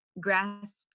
grasp